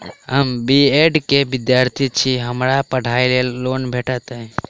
हम B Ed केँ विद्यार्थी छी, की हमरा पढ़ाई लेल लोन भेटतय?